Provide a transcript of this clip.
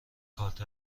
کارت